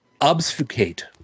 obfuscate